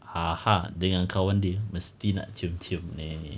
dengan kawan dia mesti nak cium-cium ni